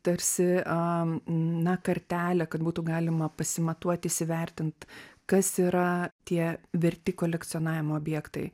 tarsi a na kartelė kad būtų galima pasimatuot įsivertint kas yra tie verti kolekcionavimo objektai